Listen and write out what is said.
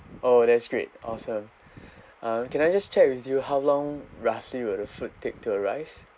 oh that's great awesome uh can I just check with you how long roughly will the food take to arrive